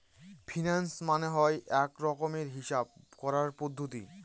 finance মানে হয় এক রকমের হিসাব করার পদ্ধতি